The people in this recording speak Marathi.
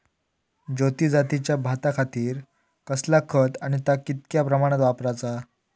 ज्योती जातीच्या भाताखातीर कसला खत आणि ता कितक्या प्रमाणात वापराचा?